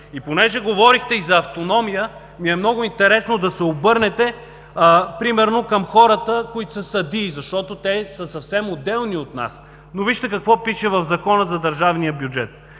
Понеже говорихте и за автономия, ми е много интересно да се обърнете примерно към хората, които са съдии, защото те са съвсем отделни от нас, но вижте какво пише в Закона за държавния бюджет.